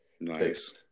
nice